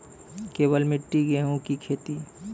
केवल मिट्टी गेहूँ की खेती?